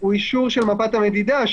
הוא אישור של מפת המדידה,